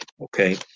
okay